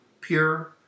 pure